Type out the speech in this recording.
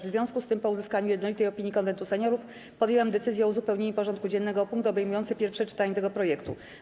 W związku z tym, po uzyskaniu jednolitej opinii Konwentu Seniorów, podjęłam decyzję o uzupełnieniu porządku dziennego o punkt obejmujący pierwsze czytanie tego projektu.